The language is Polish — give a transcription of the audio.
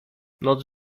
noc